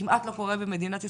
כמעט לא קורה במדינת ישראל,